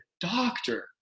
doctor